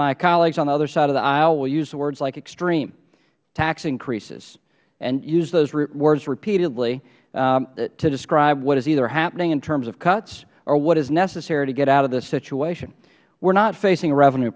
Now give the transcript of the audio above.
my colleagues on the other side of the aisle will use the words like extreme tax increases and use those words repeatedly to describe what is either happening in terms of cuts or what is necessary to get out of this situation we are not facing a revenue